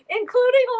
including